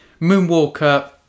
Moonwalker